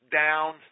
down